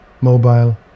Mobile